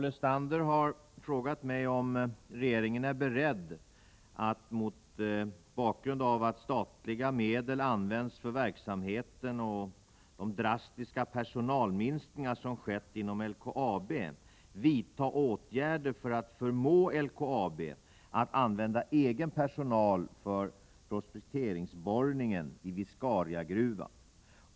Inom LKAB finns en ganska betydande privat verksamhet. Det gäller då främst verkstadsoch entreprenadverksamhet. Som exempel kan anföras att Skega sköter däcksbyten, att malmtransporterna från LKAB:s forskningsgruva är privatiserade och att Suomen Malmi nu kommer att få prospekteringsborrningen i Viscariagruvan.